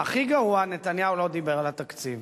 והכי גרוע, נתניהו לא דיבר על התקציב.